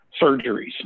surgeries